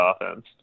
offense